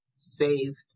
saved